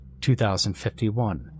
2051